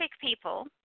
people